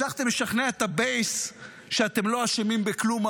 הצלחתם לשכנע את הבייס שאתם לא אשמים בכלום.